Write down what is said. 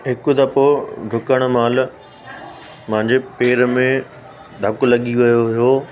हिकु दफ़ो डुकण महिल मांजे पेर में धक लॻी वियो हुओ